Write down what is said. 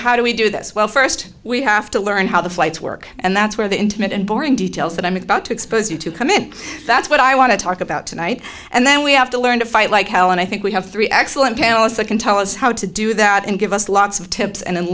how do we do this well first we have to learn how the flights work and that's where the intimate and boring details that i'm about to expose you to come in that's what i want to talk about tonight and then we have to learn to fight like hell and i think we have three excellent panelists that can tell us how to do that and give us lots of tips and